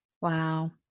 wow